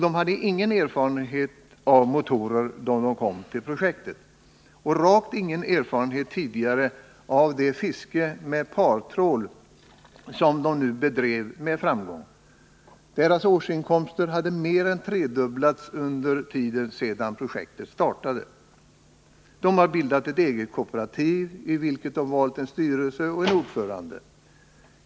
De hade ingen erfarenhet av motorer då de började arbeta inom projektet, och rakt ingen tidigare erfarenhet av det fiske med partrål som de nu bedrev med framgång. Deras årsinkomster hade mer än tredubblats under den tid som gått sedan projektet startades. De hade bildat ett eget kooperativ, i vilket de valt en styrelse och en ordförande.